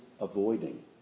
avoiding